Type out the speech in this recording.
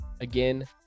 Again